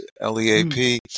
L-E-A-P